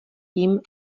tím